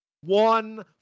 one